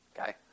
Okay